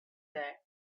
there